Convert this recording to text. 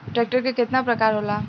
Tractor के केतना प्रकार होला?